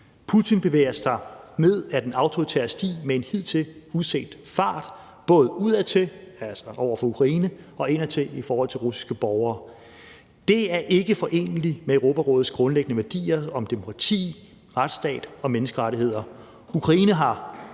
Putin bevæger sig ned ad den autoritære sti med en hidtil uset fart, både udadtil, over for Ukraine, og indadtil i forhold til russiske borgere. Det er ikke foreneligt med Europarådets grundlæggende værdier om demokrati, retsstat og menneskerettigheder.